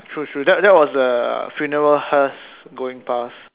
true true that that was the funeral hearse going past